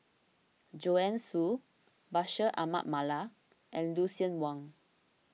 Joanne Soo Bashir Ahmad Mallal and Lucien Wang